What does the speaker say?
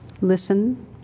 Listen